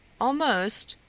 almost?